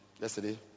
yesterday